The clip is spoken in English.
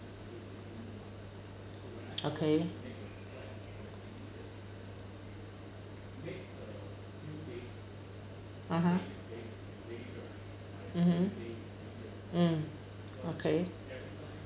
okay (uh huh) mmhmm mm okay